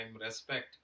respect